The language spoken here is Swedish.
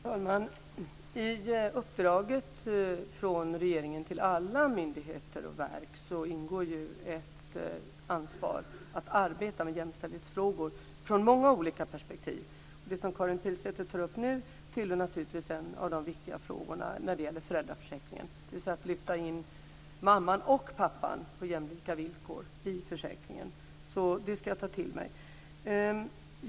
Fru talman! I uppdraget från regeringen till alla myndigheter och verk ingår ju ett ansvar att arbeta med jämställdhetsfrågor från många olika perspektiv. Det som Karin Pilsäter tar upp nu är naturligtvis en av de viktiga frågorna när det gäller föräldraförsäkringen, dvs. att lyfta in både mamman och pappan på jämlika villkor i försäkringen. Det ska jag ta till mig.